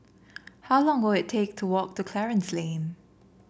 how long will it take to walk to Clarence Lane